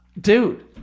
Dude